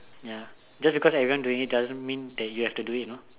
ya just because everyone doing it doesn't mean that you have to do it you know